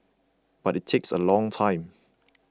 but it takes a long time